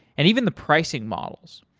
and even the pricing models.